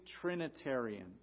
Trinitarian